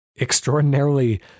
extraordinarily